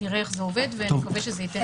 נראה איך זה עובד ונקווה שזה ייתן את הפתרון.